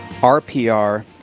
RPR